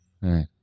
Right